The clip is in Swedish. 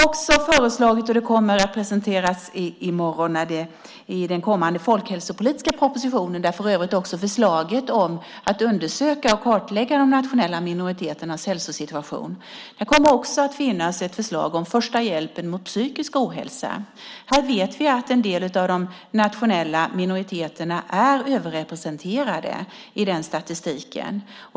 I morgon kommer den folkhälsopolitiska propositionen att presenteras, och där finns för övrigt förslaget att undersöka och kartlägga de nationella minoriteternas hälsosituation. Där kommer det också att finnas ett förslag om första hjälpen mot psykisk ohälsa. Vi vet att en del av de nationella minoriteterna är överrepresenterade i den statistiken.